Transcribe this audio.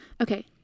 Okay